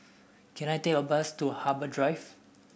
can I take a bus to Harbour Drive